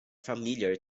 familiar